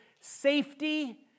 safety